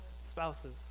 spouses